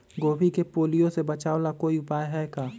गोभी के पीलिया से बचाव ला कोई उपाय है का?